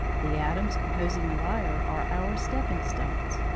the atoms composing the wire are our stepping-stones,